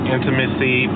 Intimacy